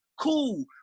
Cool